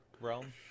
realm